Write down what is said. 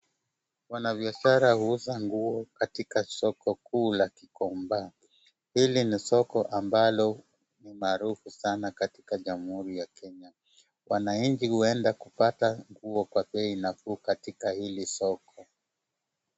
Wanabiashara huuza nguo katika soko kuu la Gikomba. Hili ni soko ambalo ni maarufu sana katika jamhuri ya Kenya. Wananchi huenda kupata nguo kwa bei nafuu katika hili soko.